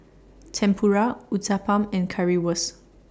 Tempura Uthapam and Currywurst